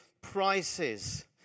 prices